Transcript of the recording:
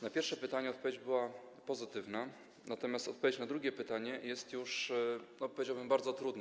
Na pierwsze pytanie odpowiedź była pozytywna, natomiast odpowiedź na drugie pytanie jest już, powiedziałbym, bardzo trudna.